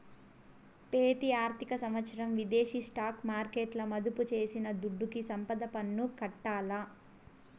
పెతి ఆర్థిక సంవత్సరం విదేశీ స్టాక్ మార్కెట్ల మదుపు చేసిన దుడ్డుకి సంపద పన్ను కట్టాల్ల